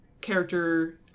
character